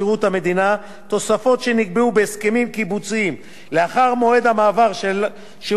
בהסכמים קיבוציים לאחר מועד המעבר של שירות המדינה לשיטת ההצמדה החדשה,